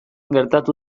gertatu